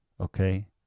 Okay